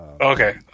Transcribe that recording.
Okay